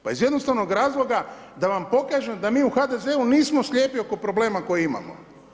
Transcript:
Pa iz jednostavnog razloga, da vam pokažem, da mi u HDZ-u nismo slijepi oko problema koje imamo.